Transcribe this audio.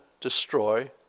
destroy